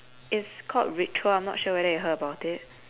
it's called ritual I'm not sure whether you've heard about it